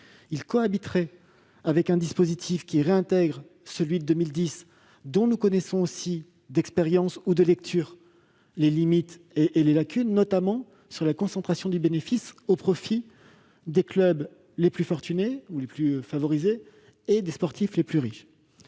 et cohabiterait avec un dispositif réintégrant celui de 2010, dont nous connaissons aussi d'expérience ou à la suite des lectures les limites et les lacunes, notamment sur la concentration des bénéfices au profit des clubs les plus fortunés ou les plus favorisés, et des sportifs les plus riches.